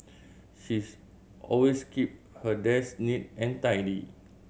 she's always keep her desk neat and tidy